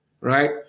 Right